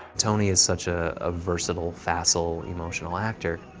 tony is such a versatile, facile, emotional actor.